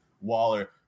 Waller